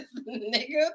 nigga